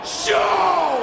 show